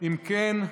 אם כן,